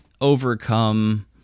overcome